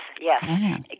Yes